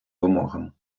вимогам